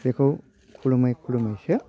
बेखौ खुलुमै खुलुमैसो